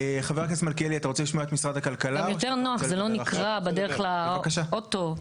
זה גם יותר נוח לא נקרע בדרך לאוטו, לא נוזל.